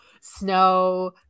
snow